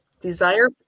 Desire